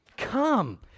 Come